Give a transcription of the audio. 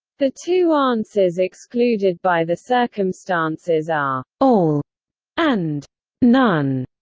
the two answers excluded by the circumstances are all and none.